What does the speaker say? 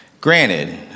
Granted